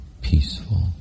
peaceful